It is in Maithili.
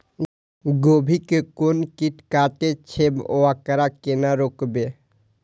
गोभी के कोन कीट कटे छे वकरा केना रोकबे?